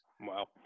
Wow